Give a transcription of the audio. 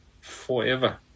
forever